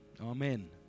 Amen